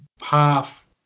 half